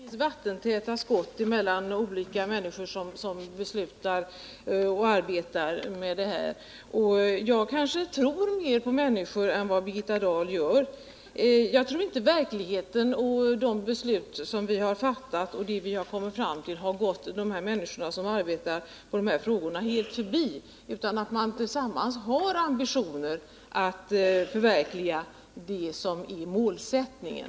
Herr talman! Jag tror inte att det finns vattentäta skott mellan olika människor som beslutar och arbetar med det här. Jag kanske tror mer på människor än vad Birgitta Dahl gör. Verkligheten och de beslut som vi har fattat och det vi har kommit fram till har nog inte gått de människor som arbetar med de här frågorna helt förbi, utan jag tror att man tillsammans har ambitioner att förverkliga det som är målsättningen.